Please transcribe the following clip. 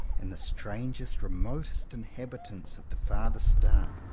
and the strangest, re motest inhabitants of the farthest star,